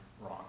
wrong